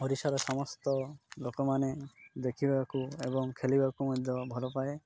ଓଡ଼ିଶାର ସମସ୍ତ ଲୋକମାନେ ଦେଖିବାକୁ ଏବଂ ଖେଳିବାକୁ ମଧ୍ୟ ଭଲ ପାଏ